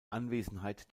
anwesenheit